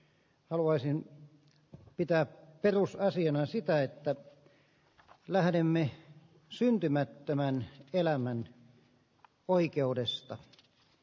haluaisin pitää perusasiana sitä että lähdemme syntymättömän elämän oikeudesta